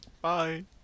Bye